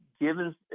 given